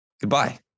goodbye